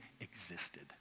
existed